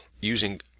using